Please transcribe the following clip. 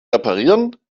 reparieren